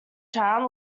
town